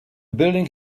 building